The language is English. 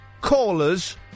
callers